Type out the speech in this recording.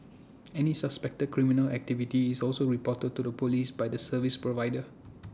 any suspected criminal activity is also reported to the Police by the service provider